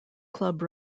club